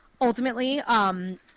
ultimately